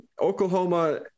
Oklahoma